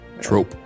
Trope